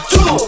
Two